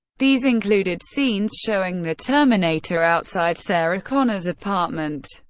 these included scenes showing the terminator outside sarah connor's apartment,